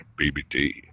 BBD